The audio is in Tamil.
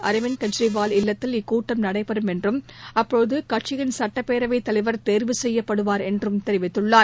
அரிவிந்த் கெஜ்ரிவால் இல்லத்தில் இக்கூட்டம் நடைபெறம் என்றும் அப்போது ம கட்சியின் சட்டப்பேரவைத் தலைவர் தேர்வு செய்யப்படுவார் என்றும் தெரிவித்துள்ளார்